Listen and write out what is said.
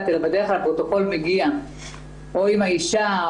אלא בדרך-כלל הפרוטוקול מגיע עם האישה.